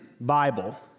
Bible